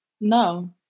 No